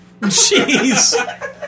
Jeez